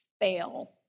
fail